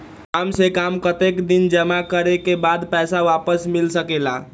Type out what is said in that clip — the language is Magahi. काम से कम कतेक दिन जमा करें के बाद पैसा वापस मिल सकेला?